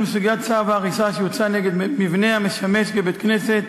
בסוגיית צו ההריסה שהוצא נגד מבנה המשמש כבית-כנסת